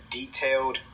detailed